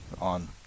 on